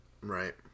Right